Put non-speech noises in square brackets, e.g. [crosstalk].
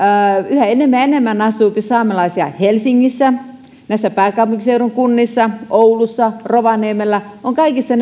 yhä enemmän ja enemmän asuu saamelaisia helsingissä näissä pääkaupunkiseudun kunnissa oulussa rovaniemellä kaikissa [unintelligible]